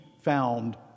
found